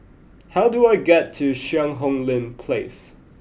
how do I get to Cheang Hong Lim Place